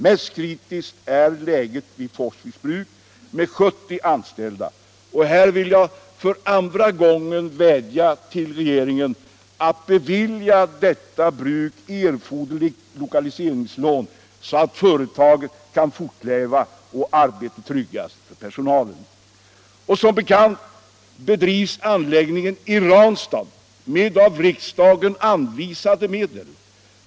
Mest kritiskt är läget vid Forsviks Bruk med 70 anställda. Här vill jag för andra gången rikta en vädjan till regeringen och i detta fall be den att bevilja Forsviks Bruk erforderligt lokaliseringslån, så att företaget kan fortleva och arbetet tryggas för personalen. Som bekant drivs anläggningen i Ranstad med av riksdagen anvisade medel.